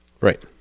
Right